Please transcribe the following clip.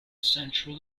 central